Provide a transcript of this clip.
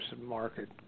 market